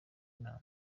nama